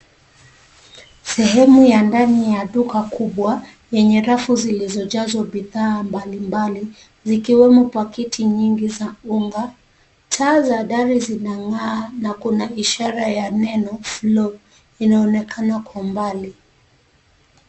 Sehemu ya ndani ya duka kubwa yenye rafu zilizojazwa bidhaa mbali mbali, zikiwemo pakiti nyingi za unga. Taa za dari zinang'aa na kuna ishara ya neno Flo linaonekana kwa umbali.